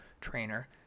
trainer